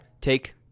take